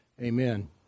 Amen